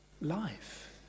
life